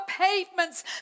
pavements